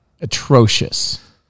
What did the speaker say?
atrocious